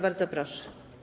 Bardzo proszę.